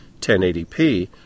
1080p